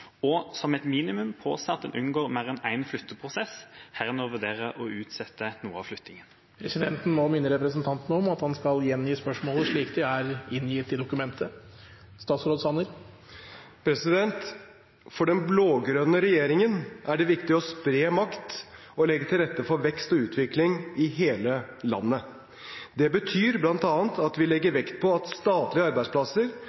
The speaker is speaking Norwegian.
som et minimum påse at en unngår mer enn én flytteprosess, herunder vurdere en utsettelse av flyttingen?» Presidenten må minne representanten om at han skal gjengi spørsmålet slik det opprinnelig er stilt. For den blå-grønne regjeringen er det viktig å spre makt og legge til rette for vekst og utvikling i hele landet. Det betyr bl.a. at vi legger